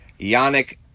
Yannick